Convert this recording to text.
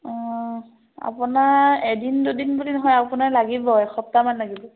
অঁ আপোনাৰ এদিন দুদিন বুলি নহয় আপোনাৰ লাগিবই সপ্তাহমান লাগিব